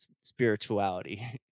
spirituality